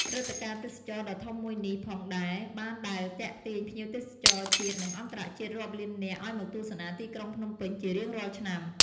ព្រឹត្តិការណ៍ទេសចរណ៍ដ៏ធំមួយនេះផងដែរបានដែលទាក់ទាញភ្ញៀវទេសចរណ៍ជាតិ និងអន្តរជាតិរាប់លាននាក់ឱ្យមកទស្សនាទីក្រុងភ្នំពេញជារៀងរាល់ឆ្នាំ។